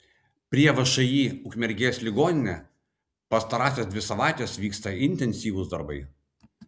prie všį ukmergės ligoninė pastarąsias dvi savaites vyksta intensyvūs darbai